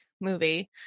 movie